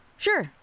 Sure